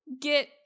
get